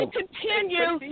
continue